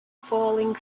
falling